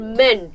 men